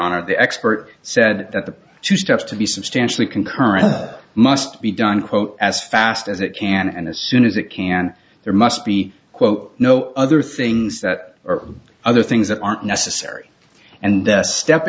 honor the expert said that the two steps to be substantially concurrent must be done quote as fast as it can and as soon as it can there must be quote no other things that are other things that aren't necessary and step